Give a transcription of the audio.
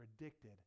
addicted